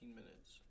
minutes